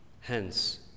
HENCE